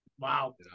wow